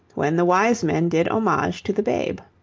when the wise men did homage to the babe.